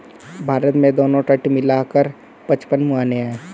भारत में दोनों तट मिला कर पचपन मुहाने हैं